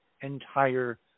entire